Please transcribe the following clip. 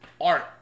art